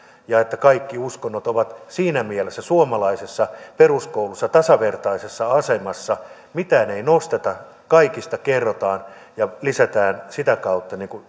ja että kaikki uskonnot ovat siinä mielessä suomalaisessa peruskoulussa tasavertaisessa asemassa mitään ei nosteta kaikista kerrotaan ja lisätään sitä kautta